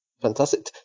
Fantastic